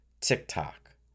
TikTok